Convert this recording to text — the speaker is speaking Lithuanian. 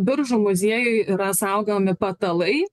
biržų muziejuj yra saugomi patalai